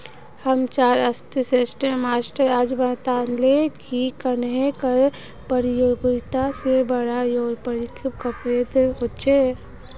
हम्चार अर्थ्शाश्त्रेर मास्टर आज बताले की कन्नेह कर परतियोगिता से बड़का व्यापारीक फायेदा होचे